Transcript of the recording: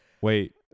wait